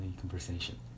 conversation